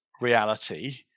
reality